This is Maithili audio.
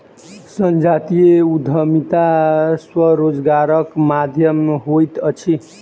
संजातीय उद्यमिता स्वरोजगारक माध्यम होइत अछि